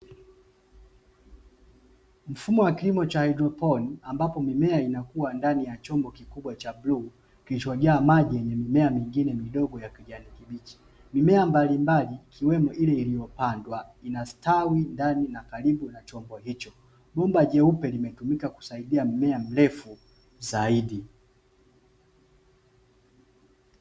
Mfumo wa kilimo cha haidroponi ambapo mimea inakua ndani ya chombo kikubwa cha bluu kilichojaa maji yenye mimea mingine ya kijani kibichi, mimea mbalimbali ikiwemo ile iliyopandwa inastawi ndani na karibu na chombo hicho bomba jeupe limetumika kusaidia mmea mrefu zaidi.